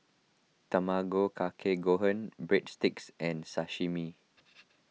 Tamago Kake Gohan Breadsticks and Sashimi